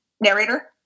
narrator